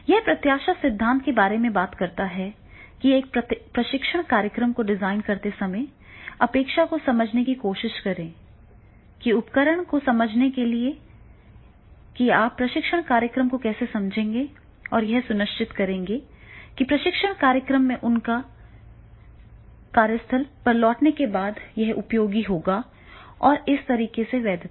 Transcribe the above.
यह प्रत्याशा सिद्धांत के बारे में बात करता है कि एक प्रशिक्षण कार्यक्रम को डिजाइन करते समय अपेक्षा को समझने की कोशिश करें कि उपकरण को समझने के लिए कि आप प्रशिक्षण कार्यक्रम को कैसे समझेंगे और यह सुनिश्चित करेंगे कि प्रशिक्षण कार्यक्रम में उनके कार्यस्थल पर लौटने के बाद यह उपयोगी हो और इस तरह से वैधता हो